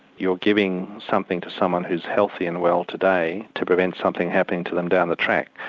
you're giving something to someone who's healthy and well today to prevent something happening to them down the track.